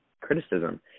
criticism